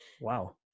Wow